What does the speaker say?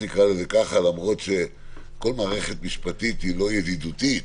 למרות שכל מערכת משפטית היא לא ידידותית,